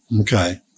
Okay